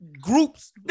Groups